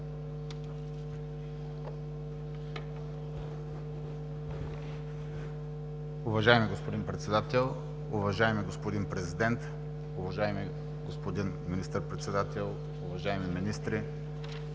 Уважаеми господин Председател, уважаеми господин Президент, уважаеми господин Министър-председател, уважаеми министри,